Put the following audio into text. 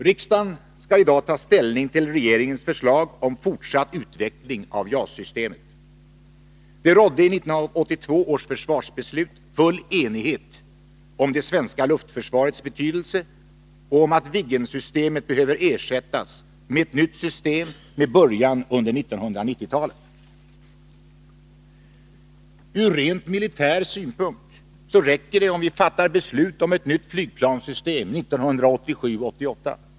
Riksdagen skall i dag ta ställning till regeringens förslag om fortsatt utveckling av JAS-systemet. Det rådde i 1982 års försvarsbeslut full enighet om det svenska luftförsvarets betydelse och om att Viggen-systemet behöver ersättas med ett nytt system med början under 1990-talet. Ur rent militär synpunkt räcker det om vi fattar beslut om ett nytt flygplanssystem 1987/88.